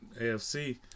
AFC